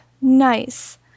nice